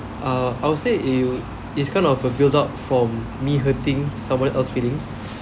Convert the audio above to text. uh I would say it'll it's kind of a built up from me hurting someone else feelings